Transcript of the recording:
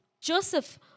Joseph